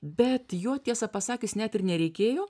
bet jo tiesą pasakius net ir nereikėjo